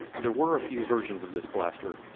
there were a few versions of this blaster,